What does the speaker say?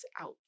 out